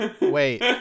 Wait